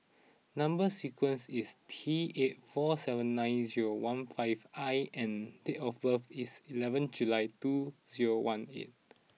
number sequence is T eight four seven nine zero one five I and date of birth is eleven July two zero one eight